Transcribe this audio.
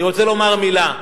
אני רוצה לומר מלה: